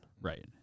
Right